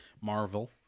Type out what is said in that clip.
Marvel